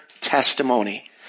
testimony